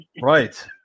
Right